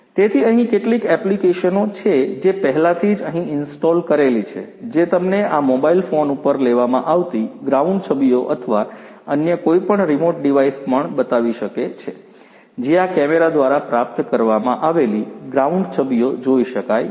તેથી અહીં કેટલીક એપ્લિકેશનો છે જે પહેલાથી જ અહીં ઇન્સ્ટોલ કરેલી છે જે તમને આ મોબાઇલ ફોન પર લેવામાં આવતી ગ્રાઉન્ડ છબીઓ અથવા અન્ય કોઈપણ રીમોટ ડિવાઇસ પણ બતાવી શકે છે જે આ કેમેરા દ્વારા પ્રાપ્ત કરવામાં આવેલી ગ્રાઉન્ડ છબીઓ જોઈ શકે છે